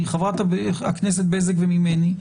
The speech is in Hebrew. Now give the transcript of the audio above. מחברת הכנסת בזק וממני,